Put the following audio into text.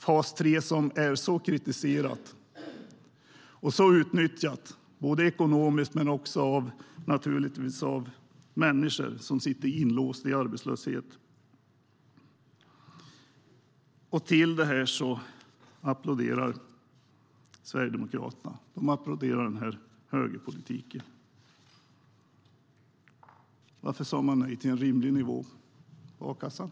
Fas 3 är kritiserat och utnyttjat både ekonomiskt och av människor som sitter inlåsta i arbetslöshet. Det applåderar Sverigedemokraterna. De applåderar högerpolitiken. Varför sa man nej till en rimlig nivå på a-kassan?